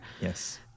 Yes